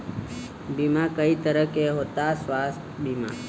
बीमा कई तरह के होता स्वास्थ्य बीमा?